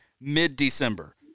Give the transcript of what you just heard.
mid-December